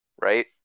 Right